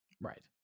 Right